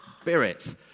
spirit